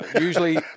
Usually